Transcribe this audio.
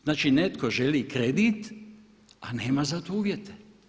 Znači, netko želi kredit, a nema za to uvjete.